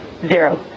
zero